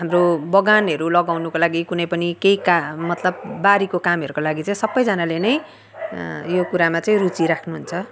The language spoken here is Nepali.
हाम्रो बगानहरू लगाउनको लागि कुनै पनि केही काम मतलब बारीको कामहरूको लागि सबजनाले चाहिँ यो कुरामा चाहिँ रुचि राख्नु हुन्छ